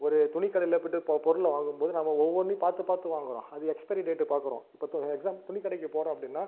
ஒரு துணி கடையில் போய்விட்டு பொ பொருளை வாங்கும்போது நம்ம ஒவ்வொன்றும் பார்த்து பார்த்து வாங்குகிறோம் அது எக்ஸ்பிரி டேட் பார்க்குறோம் இப்போ து எக்ஸாம் துணி கடைக்கு போகிறோம் அப்படின்னா